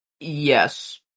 yes